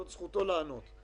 זכותו לענות.